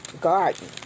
garden